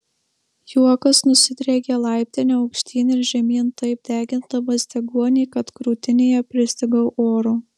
juokas nusidriekė laiptine aukštyn ir žemyn taip degindamas deguonį kad krūtinėje pristigau oro